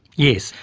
yes.